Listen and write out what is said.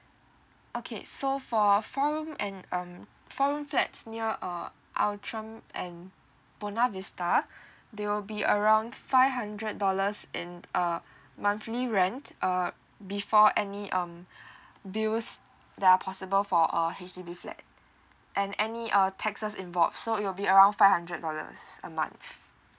okay so for four room and um four room flats near uh atrium and buona vista they will be around five hundred dollars in uh monthly rent uh before any um bills that are possible for a H_D_B flat and any uh taxes involved so it'll be around five hundred dollars a month